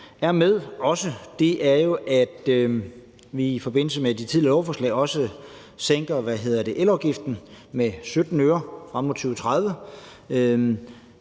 er med, er, at vi i forbindelse med de tidligere lovforslag også sænker elafgiften med 17 øre frem mod 2030.